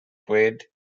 quaid